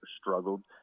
struggled